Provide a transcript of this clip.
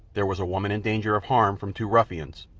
there was a woman in danger of harm from two ruffians,